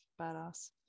badass